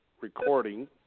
recording